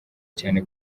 cyane